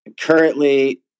currently